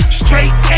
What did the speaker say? straight